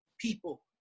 people